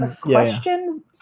Question